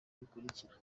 bikurikira